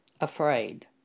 afraid